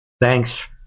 Thanks